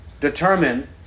determine